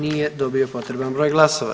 Nije dobio potreban broj glasova.